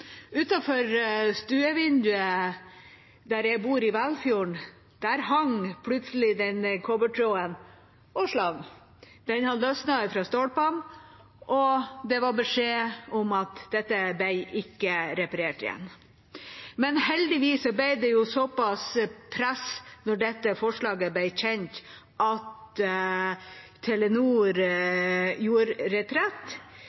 Utenfor stuevinduet der jeg bor, i Velfjorden, hang plutselig kobbertråden og slang. Den hadde løsnet fra stolpene, og beskjeden var at dette ikke ble reparert. Heldigvis ble det såpass press da dette forslaget ble kjent, at Telenor